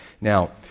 Now